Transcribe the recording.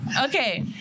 Okay